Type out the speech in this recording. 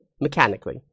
mechanically